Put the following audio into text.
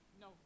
No